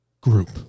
group